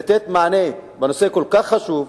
לתת מענה בנושא כל כך חשוב,